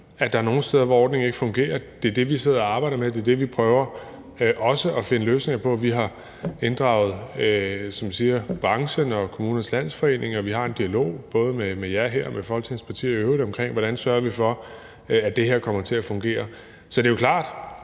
at der er nogle steder, hvor ordningen ikke fungerer. Det er det, vi sidder og arbejder med; det er det, vi prøver også at finde løsninger på. Vi har inddraget brancherne og Kommunernes Landsforening, og vi har en dialog både med jer her og med Folketingets partier i øvrigt omkring, hvordan vi sørger for, at det her kommer til at fungere. Så det er jo klart,